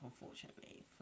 unfortunately